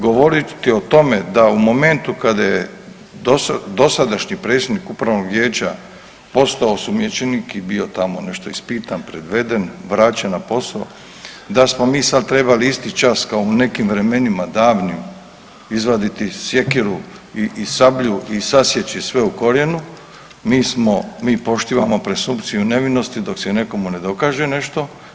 Govoriti o tome da u momentu kada je dosadašnji predsjednik upravnog vijeća postao osumnjičenik i bio tamo nešto ispitan, priveden, vraćen na posao, da smo mi sad trebali isti čas kao u nekim vremenima davnim izvaditi sjekiru i sablji i sasjeći sve u korijenu, mi smo, mi poštivamo presumpciju nevinosti dok se nekomu ne dokaže nešto.